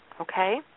okay